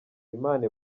imana